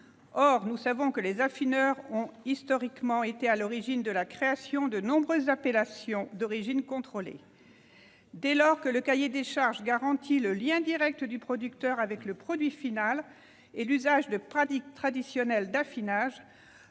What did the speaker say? Or, nous le savons, les affineurs ont historiquement été à l'origine de la création de nombreuses appellations d'origine contrôlée. Dès lors que le lien direct du producteur avec le produit final et la mise en oeuvre de pratiques traditionnelles d'affinage